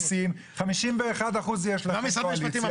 חמישים ואחד אחוז יש בקואליציה,